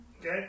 Okay